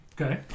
okay